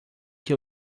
que